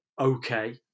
okay